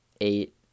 eight